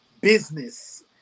business